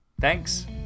Thanks